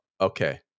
Okay